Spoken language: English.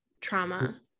trauma